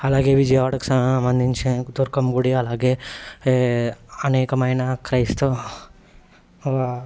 అలాగే విజయవాడకు సంబంధించి దుర్గమ్మ గుడి అలాగే అనేకమైన క్రైస్తవ